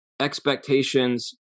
expectations